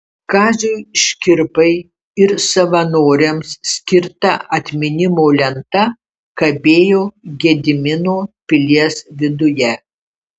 kaziui škirpai ir savanoriams skirta atminimo lenta kabėjo gedimino pilies viduje